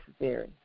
necessary